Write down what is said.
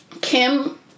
Kim